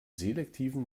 selektiven